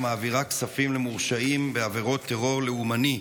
מעבירה כספים למורשעים בעבירות טרור לאומני,